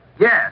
Yes